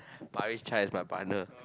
Paris-Chai is my partner